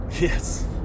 Yes